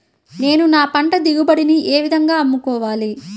నేను నా పంట దిగుబడిని ఏ విధంగా అమ్ముకోవాలి?